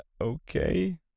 okay